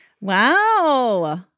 wow